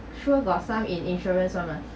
sure got some in insurance [one] mah